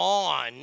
on